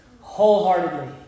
wholeheartedly